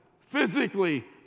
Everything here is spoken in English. Physically